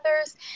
others